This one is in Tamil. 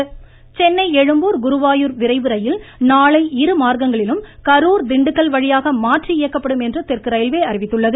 மமமமம ரயில் சென்னை எழும்பூர் குருவாயூர் விரைவு ரயில் நாளை இருமார்க்கங்களிலும் கரூர் திண்டுக்கல் வழியாக மாற்றி இயக்கப்படும் என்று தெற்கு ரயில்வே அறிவித்துள்ளது